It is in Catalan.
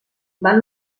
van